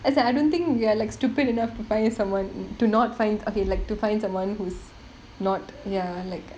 as in I don't think you are like stupid enough to find someone to not find okay like to find someone who's not ya